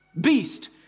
Beast